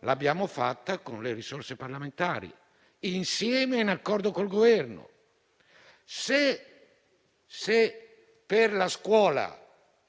l'abbiamo fatta con le risorse parlamentari, insieme e in accordo con il Governo. Se per la scuola